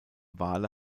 wale